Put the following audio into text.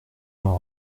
m’en